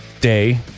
Day